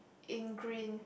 in green